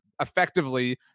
effectively